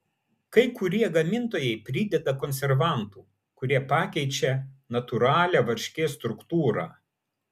kai kurie gamintojai prideda konservantų kurie pakeičią natūralią varškės struktūrą